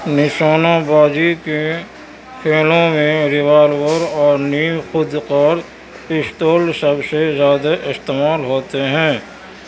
نشانہ بازی کے کھیلوں میں ریوالور اور نیم خود کار پستول سب سے زیادہ استعمال ہوتے ہیں